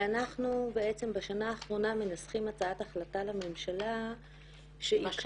ואנחנו בשנה האחרונה מנסחים הצעת החלטה לממשלה -- בשנה?